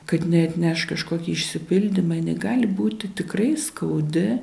kad neatneš kažkokį išsipildymą jinai gali būti tikrai skaudi